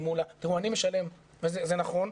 תראו, אני משלם, זה נכון,